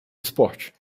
esporte